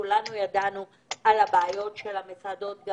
כולנו ידענו על הבעיות של המסעדות גם